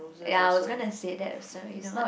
ya I was gonna say that or submit you know what